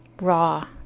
raw